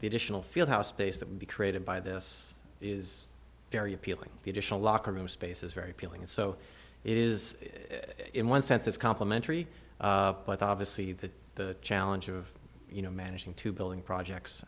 the additional field house space that would be created by this is very appealing the additional locker room spaces very pealing and so it is in one sense it's complimentary but obviously that the challenge of you know managing to building projects